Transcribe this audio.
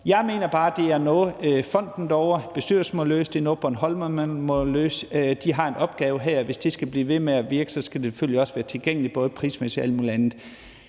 Jeg mener bare, at det er noget, fonden og bestyrelsen derovre må løse, og at det er noget bornholmerne må løse. De har en opgave her. Hvis det skal blive ved med at virke, skal det selvfølgelig også være tilgængeligt både prismæssigt og alt muligt andet.